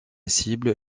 cible